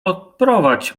odprowadź